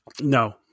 No